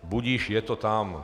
Budiž, je to tam.